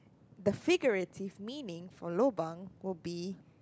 the figurative meaning for lobang will be